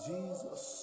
Jesus